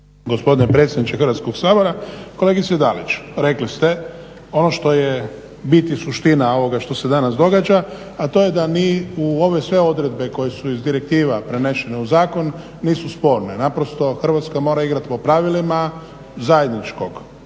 Gospodine predsjedniče Hrvatskog sabora. Kolegice Dalić, rekli ste ono što je bit i suština ovoga što se danas događa, a to je da ni u ove sve odredbe koje su iz direktiva prenešene u zakon, nisu sporne, naprosto Hrvatska mora igrati po pravilima zajedničkog